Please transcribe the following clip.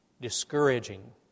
discouraging